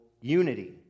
unity